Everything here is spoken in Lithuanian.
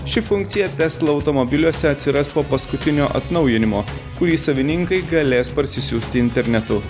ši funkcija tesla automobiliuose atsiras po paskutinio atnaujinimo kurį savininkai galės parsisiųsti internetu